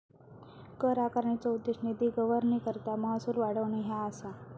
कर आकारणीचो उद्देश निधी गव्हर्निंगकरता महसूल वाढवणे ह्या असा